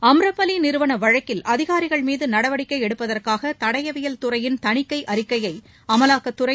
அம்ரபளி நிறுவன வழக்கில் அதிகாரிகள் மீது நடவடிக்கை எடுப்பதற்காக தடயவியல் துறையின் தணிக்கை அறிக்கையை அமலாக்கத்துறை